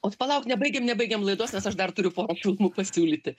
ot palauk nebaigiam nebaigiam laidos nes aš dar turiu porą filmų pasiūlyti